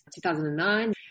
2009